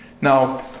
now